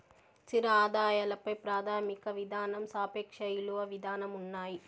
స్థిర ఆదాయాల పై ప్రాథమిక విధానం సాపేక్ష ఇలువ విధానం ఉన్నాయి